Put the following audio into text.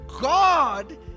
God